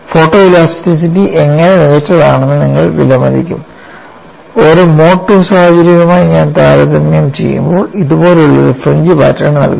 photo elasticity എങ്ങനെ മികച്ചതാണെന്ന് നിങ്ങൾ വിലമതിക്കും ഒരു മോഡ് II സാഹചര്യവുമായി ഞാൻ താരതമ്യം ചെയ്യുമ്പോൾ ഇതുപോലുള്ള ഒരു ഫ്രിഞ്ച് പാറ്റേൺ നൽകുന്നു